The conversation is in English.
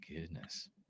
goodness